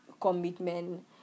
commitment